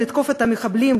לתקוף את המחבלים,